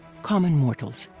common mortals.